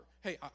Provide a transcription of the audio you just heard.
Hey